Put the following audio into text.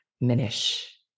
Minish